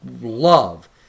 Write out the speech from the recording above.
love